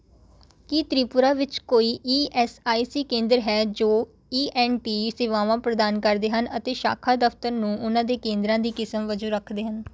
ਕੀ ਤ੍ਰਿਪੁਰਾ ਵਿੱਚ ਕੋਈ E S I C ਕੇਂਦਰ ਹੈ ਜੋ ਈ ਐੱਨ ਟੀ ਸੇਵਾਵਾਂ ਪ੍ਰਦਾਨ ਕਰਦੇ ਹਨ ਅਤੇ ਸ਼ਾਖਾ ਦਫ਼ਤਰ ਨੂੰ ਉਹਨਾਂ ਦੇ ਕੇਂਦਰ ਦੀ ਕਿਸਮ ਵਜੋਂ ਰੱਖਦੇ ਹਨ